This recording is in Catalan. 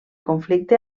conflicte